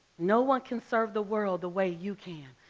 no one can serve the world the way you can.